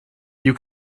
you